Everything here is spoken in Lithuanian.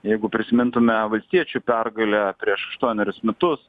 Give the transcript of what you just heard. jeigu prisimintume valstiečių pergalę prieš aštuonerius metus